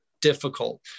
difficult